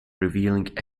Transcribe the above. revealing